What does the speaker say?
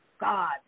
God